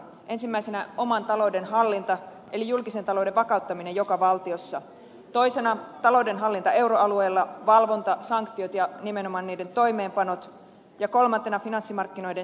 ensimmäisenä oman talouden hallinta eli julkisen talouden vakauttaminen joka valtiossa toisena taloudenhallinta euroalueella valvonta sanktiot ja nimenomaan niiden toimeenpanot ja kolmantena finanssimarkkinoiden sääntely ja valvonta